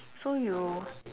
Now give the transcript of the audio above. so you